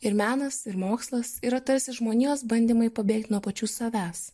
ir menas ir mokslas yra tarsi žmonijos bandymai pabėgt nuo pačių savęs